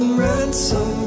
ransom